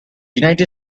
united